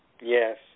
Yes